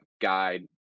guide